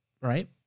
Right